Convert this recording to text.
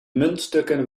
muntstukken